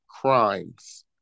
crimes